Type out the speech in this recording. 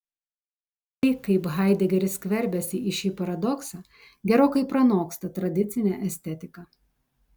tai kaip haidegeris skverbiasi į šį paradoksą gerokai pranoksta tradicinę estetiką